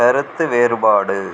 கருத்து வேறுபாடு